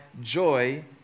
joy